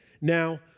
Now